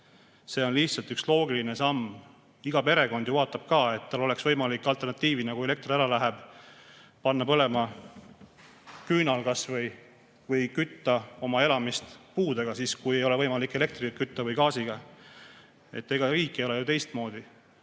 See on lihtsalt üks loogiline samm. Iga perekond ju vaatab ka, et tal oleks võimalik alternatiivina, kui elekter läheb ära, panna põlema kas või küünal või kütta oma elamist puudega, kui ei ole võimalik kütta elektri või gaasiga. Riik ei ole ju teistmoodi.